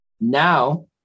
Now